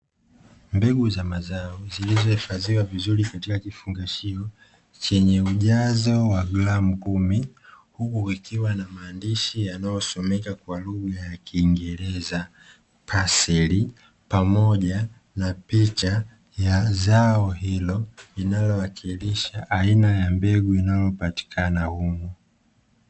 Mbegu za mazao zilizohiifadhiwa vizuri katika kifuungashio chenye ujazo wa gramu kumi huku kukiwa na maandishi yanayosomeka kwa lugha ya kingereza, parsley pamoja na picha ya zao hilo linalo wakilisha aina ya mbegu inayopatikana humu.